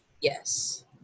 yes